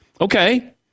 Okay